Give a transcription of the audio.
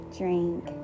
drink